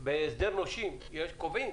בהסדר נושים, קובעים